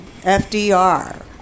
fdr